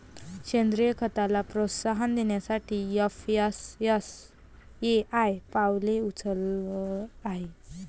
सेंद्रीय खताला प्रोत्साहन देण्यासाठी एफ.एस.एस.ए.आय पावले उचलत आहे